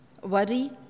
worry